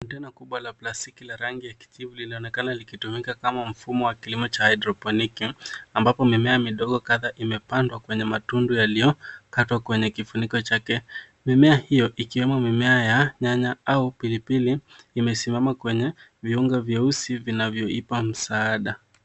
Kontena kubwa la plastiki la rangi ya kijivu linaonekana likitumika kama mfumo wa kilimo cha haidroponiki; ambapo mimea midogo kadha imepandwa kwenye matundu yaliyokatwa kwenye kifuniko chake. Mimea hiyo ikiwemo mimea ya nyanya au pilipili imesimama kwenye viungo vyeusi vinavyo ipa msaada.